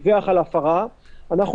ואם לא,